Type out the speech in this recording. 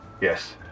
Yes